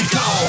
go